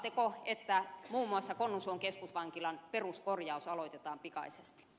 lupaatteko että muun muassa konnunsuon keskusvankilan peruskorjaus aloitetaan pikaisesti